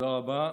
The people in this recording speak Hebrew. תודה רבה.